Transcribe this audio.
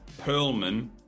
Perlman